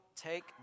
take